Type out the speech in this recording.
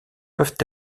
peuvent